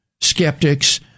skeptics